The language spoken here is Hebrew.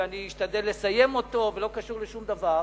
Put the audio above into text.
ואני אשתדל לסיים אותו, ולא קשור לשום דבר.